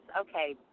okay